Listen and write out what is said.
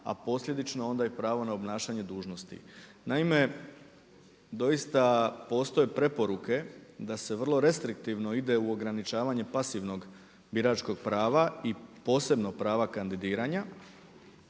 a posljedično onda i pravo na obnašanje dužnosti. Naime, doista postoje preporuke da se vrlo restriktivno ide u ograničavanje pasivnog biračkog prava i posebno prava kandidiranja.